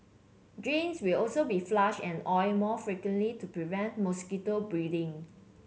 drains will also be flushed and oiled more frequently to prevent mosquito breeding